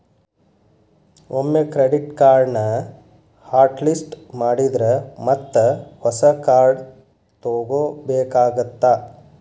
ಒಮ್ಮೆ ಕ್ರೆಡಿಟ್ ಕಾರ್ಡ್ನ hot list ಮಾಡಿದ್ರ ಮತ್ತ ಹೊಸ ಕಾರ್ಡ್ ತೊಗೋಬೇಕಾಗತ್ತಾ